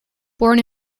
born